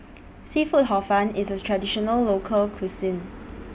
Seafood Hor Fun IS A Traditional Local Cuisine